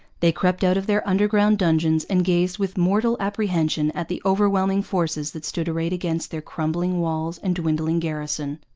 they crept out of their underground dungeons and gazed with mortal apprehension at the overwhelming forces that stood arrayed against their crumbling walls and dwindling garrison.